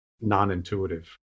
non-intuitive